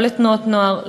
לא לתנועות נוער,